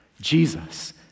Jesus